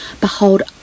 Behold